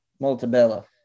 Multibella